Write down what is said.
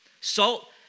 Salt